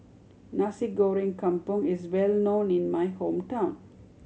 Nasi Goreng Kampung is well known in my hometown